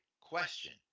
question